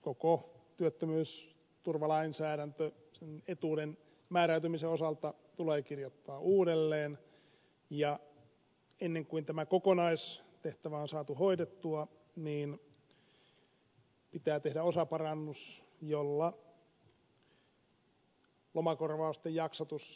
koko työttömyysturvalainsäädäntö sen etuuden määräytymisen osalta tulee kirjoittaa uudelleen ja ennen kuin tämä kokonaistehtävä on saatu hoidettua pitää tehdä osaparannus jolla lomakorvausten jaksotus poistetaan